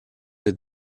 les